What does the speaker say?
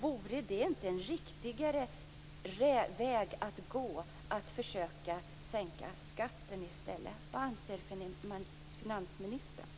Vore det inte en riktig väg att gå att försöka sänka skatten i stället? Vad anser finansministern?